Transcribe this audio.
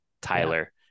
Tyler